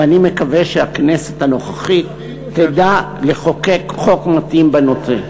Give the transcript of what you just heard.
ואני מקווה שהכנסת הנוכחית תדע לחוקק חוק מתאים בנושא.